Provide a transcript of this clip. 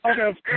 Okay